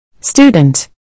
Student